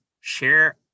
share